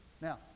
Now